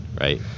right